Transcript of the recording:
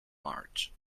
march